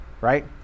right